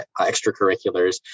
extracurriculars